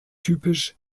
typisch